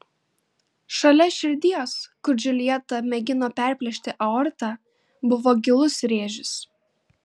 šalia širdies kur džiuljeta mėgino perplėšti aortą buvo gilus rėžis